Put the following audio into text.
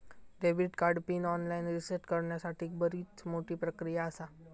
debit card PIN online reset करण्यासाठीक बरीच मोठी प्रक्रिया आसा